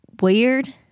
weird